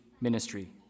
ministry